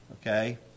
Okay